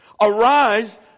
arise